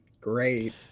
great